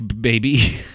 baby